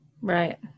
right